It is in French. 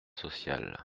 sociale